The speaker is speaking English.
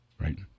Right